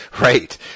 Right